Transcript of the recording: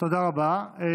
תודה רבה.